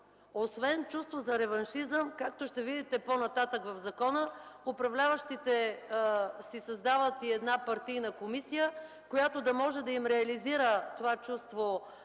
Освен чувство за реваншизъм, както ще видите по-нататък в закона, управляващите си създават и една партийна комисия, която да може да им реализира това чувство